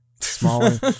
Smaller